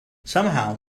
somehow